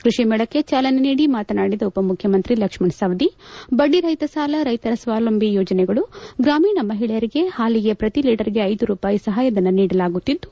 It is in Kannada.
ಕೃಷಿಮೇಳಕ್ಕೆ ಚಾಲನೆ ನೀಡಿ ಮಾತನಾಡಿದ ಉಪಮುಖ್ಯಮಂತ್ರಿ ಲಕ್ಷ್ಣ ಸವದಿ ಬಡ್ಡಿರಹಿತ ಸಾಲ ರೈತರ ಸ್ವಾಲಂಬಿ ಯೋಜನೆಗಳು ಗ್ರಾಮೀಣ ಮಹಿಳೆಯರಿಗೆ ಪಾಲಿಗೆ ಪ್ರತಿಲೀಟರ್ ಗೆ ಐದು ರೂಪಾಯಿ ಸಹಾಯಧನ ನೀಡಲಾಗುತ್ತಿದ್ದು